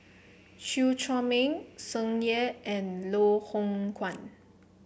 Chew Chor Meng Tsung Yeh and Loh Hoong Kwan